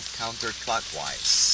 counterclockwise